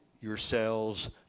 yourselves